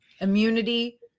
immunity